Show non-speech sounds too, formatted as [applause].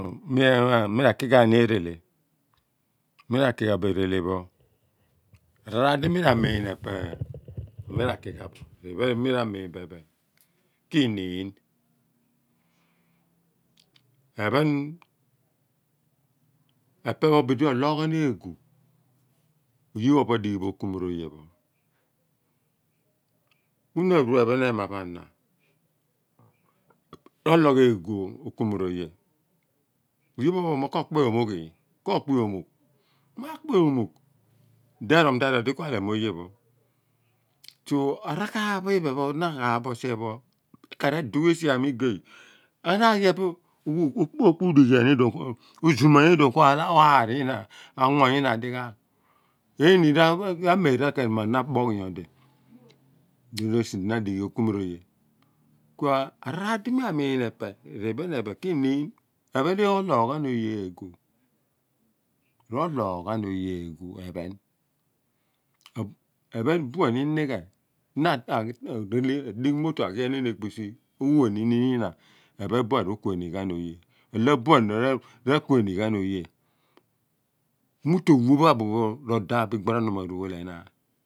[unintelligible] me ra khi gha ni erede mi ra kii gha bo erele pho araar di mira mi in ghan ephe mira kigha bo erehe pho, araar di mi ra min ghan epe mi ra kigha bo re phen me ramiin ghan bo kinii ephen epe pho bidi ro loogh aan aghu oye pho opo adighi bo okumoroye juna arue phen ema pho ana ro loogh egu oku moroye mo oye pho opo pho kope omoogh ii kokpe omugh? Makpeo omugh di ero ma-di odi kua lem oye pho so araghaaph pho i phen pho na aghaaph bo sien pho ekar edugh esi a ni igey na a ghi epe pho [unintelligible] o zuman kur arr inna dighagh oni ra meera kien mo na boogh nyidi loar esi di na adighi okumoor oye kua raar eli mi amin epe ri phen ayira ki niin ephen roloo ghaan oye eeghu ephen buan inighe na adigh moto aghi enon ekpisi ro loogh ni yina eghuu ephen buan ro ku eni ghan oye mu tone bu phe pho ro daap bo ikponu pho enaan.